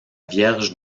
vierge